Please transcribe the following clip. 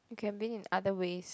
you can win in other ways